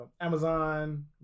Amazon